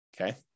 okay